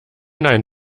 nein